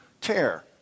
tear